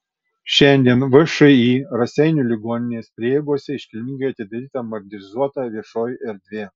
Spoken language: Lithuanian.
šiandien všį raseinių ligoninės prieigose iškilmingai atidaryta modernizuota viešoji erdvė